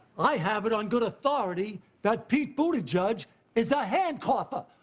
i have it on good authority that pete buttigieg is a hand cougher.